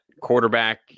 quarterback